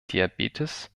diabetes